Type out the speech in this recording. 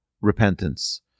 repentance